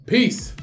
Peace